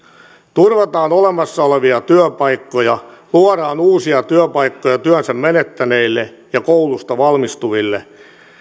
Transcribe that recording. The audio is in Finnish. turvataan olemassa olevia työpaikkoja luodaan uusia työpaikkoja työnsä menettäneille ja koulusta valmistuville